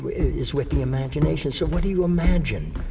is with the imagination. so what do you imagine?